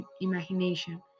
imagination